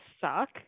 suck